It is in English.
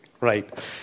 right